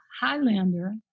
Highlander